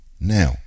Now